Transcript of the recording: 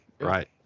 Right